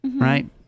right